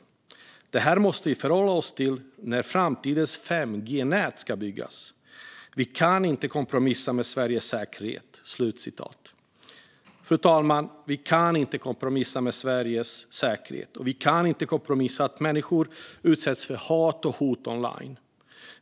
Klas Friberg säger att vi måste förhålla oss till detta när framtidens 5G-nät ska byggas och att vi inte kan kompromissa med Sveriges säkerhet. Fru talman! Vi kan inte kompromissa med Sveriges säkerhet, och vi kan inte kompromissa när människor utsetts för hat och hot online.